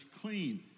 clean